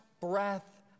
breath